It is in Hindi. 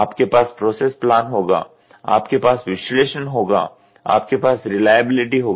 आपके पास प्रोसेस प्लान होगा आपके पास विश्लेषण होगा आपके पास रिलायबिलिटी होगी